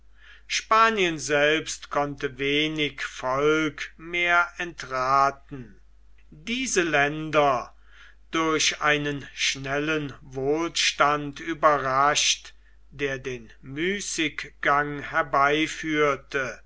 spanien selbst konnte wenig volk mehr entrathen diese länder durch einen schnellen wohlstand überrascht der den müßiggang herbeiführte